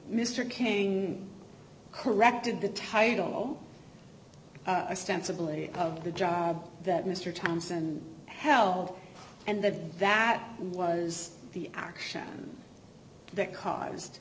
mr king corrected the title extensively of the job that mr thompson held and that that was the action that caused